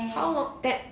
how long that